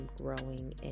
growing